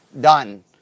done